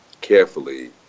carefully